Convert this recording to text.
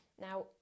Now